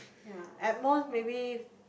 ya at most maybe